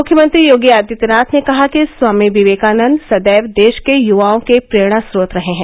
मुख्यमंत्री योगी आदित्यनाथ ने कहा कि स्वामी विवेकानंद सदैव देश के युवाओं के प्रेरणा स्रोत रहे हैं